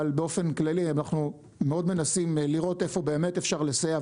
אבל באופן כללי אנחנו מאוד מנסים לראות איפה אנחנו יכולים לסייע.